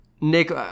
nick